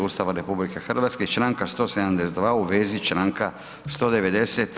Ustava RH i Članka 172. u vezi Članka 190.